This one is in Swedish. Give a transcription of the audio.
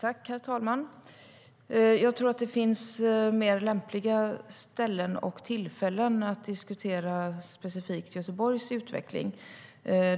Herr talman! Jag tror att det finns mer lämpliga ställen och tillfällen att diskutera specifikt Göteborgs utveckling.